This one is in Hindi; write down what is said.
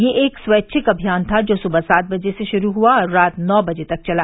यह एक स्वैच्छिक अभियान था जो सुबह सात बजे से शुरू हुआ और रात नौ बजे तक चला